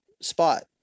spot